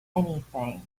anything